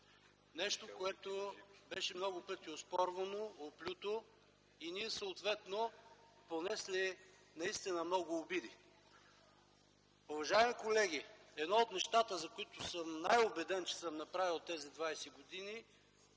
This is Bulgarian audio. нещо, което много пъти е оспорвано, оплюто и ние съответно сме понесли наистина много обиди. Уважаеми колеги, едно от нещата, за които съм най-убеден, че съм направил през тези 20 години,